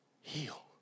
heal